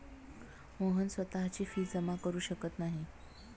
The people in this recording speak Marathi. मोहन स्वतःची फी जमा करु शकत नाही